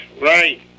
right